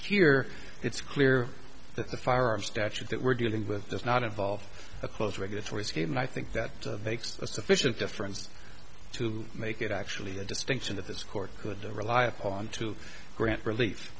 here it's clear that the firearm statute that we're dealing with does not involve a close regulatory scheme and i think that makes a sufficient difference to make it actually a distinction that this court could rely upon to grant relief